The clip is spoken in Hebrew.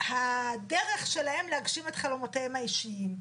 הוא הדרך שלהם להגשים את חלומותיהם האישיים.